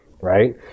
Right